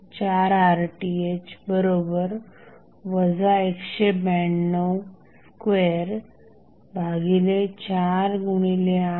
pVTh24RTh 1922481031